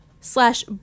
Slash